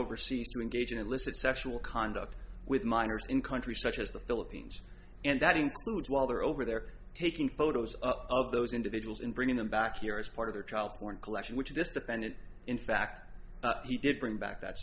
overseas to engage in illicit sexual conduct with minors in countries such as the philippines and that includes while they're over there taking photos of those individuals and bringing them back here as part of the child porn collection which this defendant in fact he did bring back that